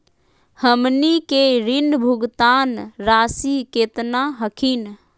हमनी के ऋण भुगतान रासी केतना हखिन?